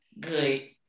good